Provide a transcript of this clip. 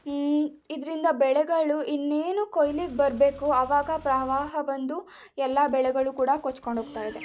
ಇದರಿಂದ ಬೆಳೆಗಳು ಇನ್ನೇನು ಕೊಯ್ಲಿಗೆ ಬರಬೇಕು ಆವಾಗ ಪ್ರವಾಹ ಬಂದು ಎಲ್ಲ ಬೆಳೆಗಳು ಕೂಡ ಕೊಚ್ಚಿಕೊಂಡು ಹೋಗ್ತಾ ಇದೆ